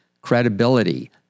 credibility